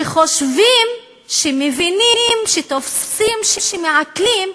שחושבים, שמבינים, שתופסים, שמעכלים,